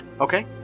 Okay